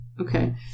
Okay